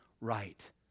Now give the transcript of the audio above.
right